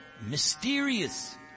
mysterious